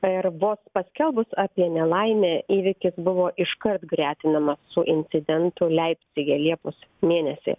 ir vos paskelbus apie nelaimę įvykis buvo iškart gretinamas su incidentu leipcige liepos mėnesį